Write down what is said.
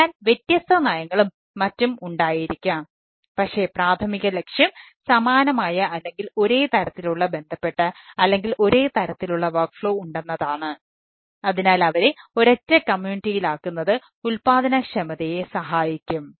അതിനാൽ വ്യത്യസ്ത നയങ്ങളും മറ്റും ഉണ്ടായിരിക്കാം പക്ഷേ പ്രാഥമിക ലക്ഷ്യം സമാനമായ അല്ലെങ്കിൽ ഒരേ തരത്തിലുള്ള ബന്ധപ്പെട്ട അല്ലെങ്കിൽ ഒരേ തരത്തിലുള്ള വർക്ക്ഫ്ലോ ആക്കുന്നത് ഉൽപാദനക്ഷമതയെ സഹായിക്കും